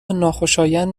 ناخوشایند